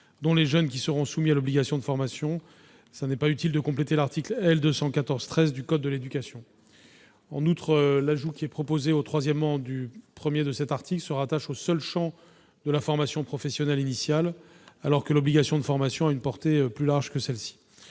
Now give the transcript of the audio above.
les jeunes qui seront soumis à l'obligation de formation, il n'est pas utile de compléter l'article L. 214-13 du code de l'éducation. En outre, l'ajout qui est proposé au 3° du I de cet article se rattache au seul champ de la formation professionnelle initiale, alors que l'obligation de formation que nous envisageons a une